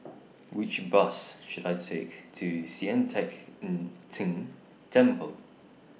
Which Bus should I Take to Sian Teck Tng Temple